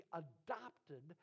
adopted